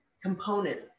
component